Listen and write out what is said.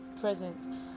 present